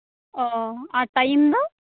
ᱚᱻ ᱟᱨ ᱴᱟᱭᱤᱢ ᱫᱚ